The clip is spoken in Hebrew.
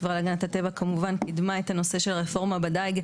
החברה להגנת הטבע כמובן קידמה את הנושא של הרפורמה בדייג,